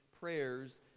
prayers